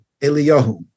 Eliyahu